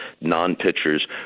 non-pitchers